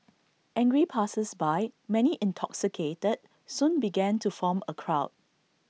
angry passersby many intoxicated soon began to form A crowd